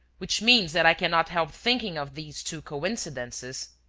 which means that i cannot help thinking of these two coincidences,